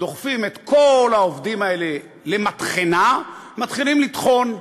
דוחפים את כל העובדים האלה למטחנה ומתחילים לטחון.